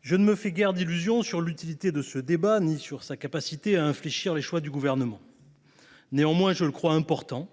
Je ne me fais guère d’illusions sur l’utilité de ce débat non plus que sur sa capacité à infléchir les choix du Gouvernement. Néanmoins, je le crois important,